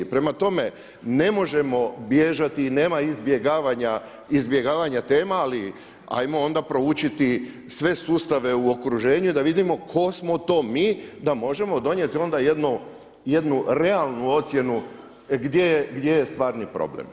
Prema tome, ne možemo bježati i nema izbjegavanja tema ali ajmo onda proučiti sve sustave u okruženju da vidimo tko smo to mi da možemo donijeti onda jednu realnu ocjenu gdje je stvarni problem.